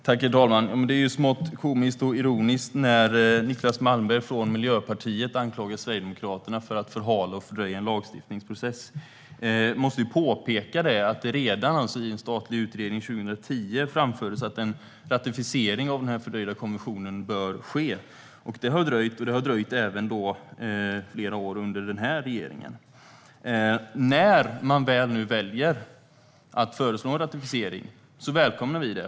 Herr talman! Det är smått komiskt och ironiskt när Niclas Malmberg från Miljöpartiet anklagar Sverigedemokraterna för att förhala och fördröja en lagstiftningsprocess. Jag måste påpeka att redan i en statlig utredning 2010 framfördes att en ratificering av den fördröjda konventionen bör ske. Det har dröjt - även under den här regeringen. När man väl nu väljer att föreslå en ratificering välkomnar vi den.